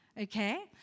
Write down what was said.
Okay